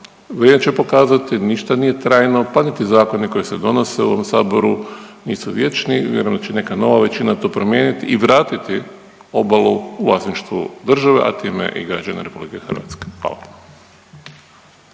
Vrijeme će pokazati ništa nije trajno, pa niti zakoni koji se donose u Saboru nisu vječni. Vjerujem da će neka nova većina to promijeniti i vratiti obalu u vlasništvu države a time i građane Republike Hrvatske. Hvala.